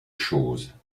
choses